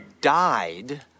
died